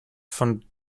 von